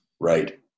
Right